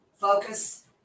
Focus